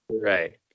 Right